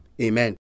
Amen